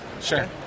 Sure